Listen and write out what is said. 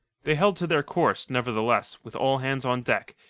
they held to their course, nevertheless, with all hands on deck,